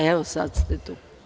Evo sad ste tu.